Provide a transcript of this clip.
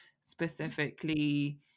specifically